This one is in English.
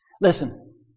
Listen